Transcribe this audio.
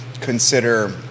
consider